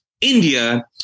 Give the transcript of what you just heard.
india